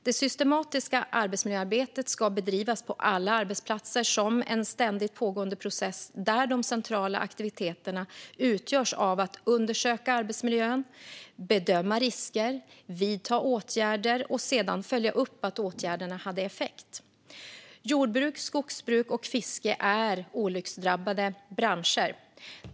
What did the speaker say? Det systematiska arbetsmiljöarbetet ska bedrivas på alla arbetsplatser som en ständigt pågående process, där de centrala aktiviteterna utgörs av att undersöka arbetsmiljön, bedöma risker, vidta åtgärder och sedan följa upp att åtgärderna haft effekt. Jordbruk, skogsbruk och fiske är olycksdrabbade branscher.